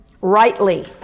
rightly